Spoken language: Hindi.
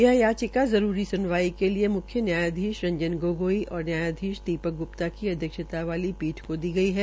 यह याचिका जरूरी सुनवाई के लिये मुख्य न्यायधीश रंजन गोगोई और न्यायधीश दीपक ग्प्ता की अध्यक्षता वाली पीठ को दी गई है